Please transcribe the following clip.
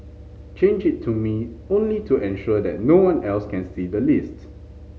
change it to me only to ensure that no one else can see the list